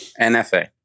nfa